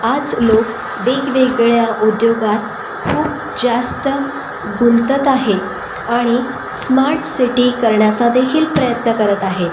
आज लोक वेगवेगळ्या उद्योगात खूप जास्त गुंतत आहेत आणि स्मार्ट सिटी करण्याचादेखील प्रयत्न करत आहेत